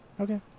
Okay